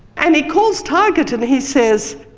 and he calls target, and he says,